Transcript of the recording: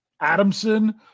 Adamson